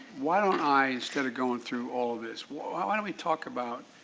why don't i, instead of going through all of this, why why don't we talk about.